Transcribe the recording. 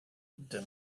the